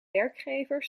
werkgever